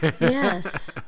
Yes